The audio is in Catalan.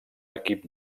equip